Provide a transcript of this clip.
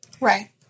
Right